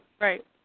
right